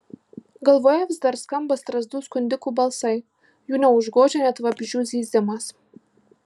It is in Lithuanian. galvoje vis dar skamba strazdų skundikų balsai jų neužgožia net vabzdžių zyzimas